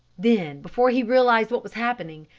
then, before he realised what was happening,